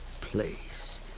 place